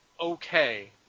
okay